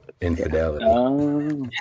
infidelity